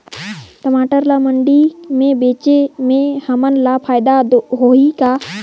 टमाटर ला मंडी मे बेचे से हमन ला फायदा होही का?